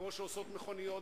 כמו שעושות מכוניות.